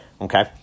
Okay